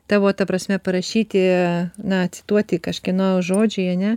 tavo ta prasme parašyti na cituoti kažkieno žodžiai ane